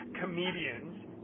comedians